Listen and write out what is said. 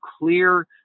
clear